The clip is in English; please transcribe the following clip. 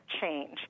change